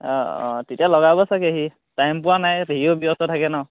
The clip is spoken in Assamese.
অঁ অঁ তেতিয়া লগাব চাগে সি টাইম পোৱা নাই সিও ব্যস্ত থাকে ন